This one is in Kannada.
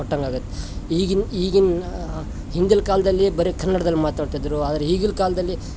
ಕೊಟ್ಟಂಗೆ ಆಗತ್ತೆ ಈಗಿನ ಹಿಂದಿನ ಕಾಲದಲ್ಲಿ ಬರಿ ಕನ್ನಡದಲ್ಲಿ ಮಾತಾಡ್ತಿದ್ದರು ಆದರೆ ಈಗಿನ ಕಾಲದಲ್ಲಿ